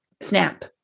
snap